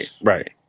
Right